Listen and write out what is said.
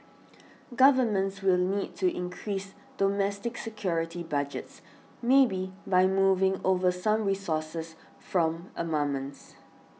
governments will need to increase domestic security budgets maybe by moving over some resources from armaments